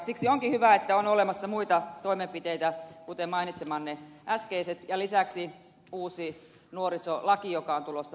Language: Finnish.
siksi onkin hyvä että on olemassa muita toimenpiteitä kuten äsken mainitsemanne ja lisäksi uusi nuorisolaki joka on tulossa voimaan